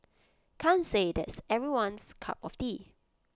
can't say that's everyone's cup of tea